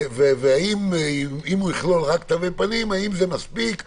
ואם יכלול רק תווי פנים, האם זה מספיק לחמש,